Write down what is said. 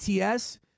ATS